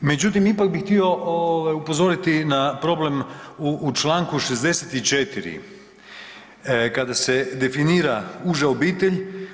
Međutim, ipak bih htio ovaj upozoriti na problem u čl. 64. kada se definira uža obitelj.